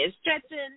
stretching